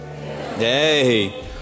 Hey